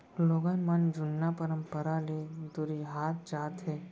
लोगन मन जुन्ना परंपरा ले दुरिहात जात हें